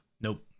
nope